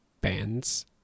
Bands